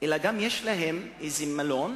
אלא גם יש להם איזה מילון,